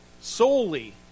solely